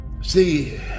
See